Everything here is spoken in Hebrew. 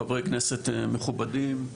חברי הכנסת המכובדים,